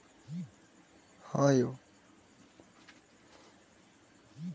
वित्तीय मॉडलिंग वास्तविक वित्तीय स्थिति के एकटा वास्तविक सार मॉडल बनेनाय छियै